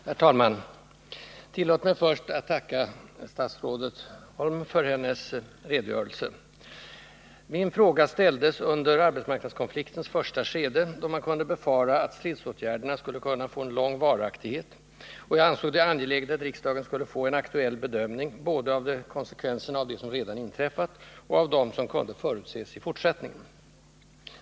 Herr talman! Tillåt mig först att tacka statsrådet Holm för hennes redogörelse. Min fråga ställdes under arbetsmarknadskonfliktens första skede, då man kunde befara att stridsåtgärderna skulle kunna få en lång varaktighet, och jag ansåg det angeläget att riksdagen skulle få en aktuell bedömning både av de konsekvenser som redan inträffat och av dem som kunde förutses i fortsättningen.